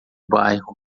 bairro